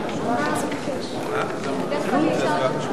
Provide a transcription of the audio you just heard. חבר הכנסת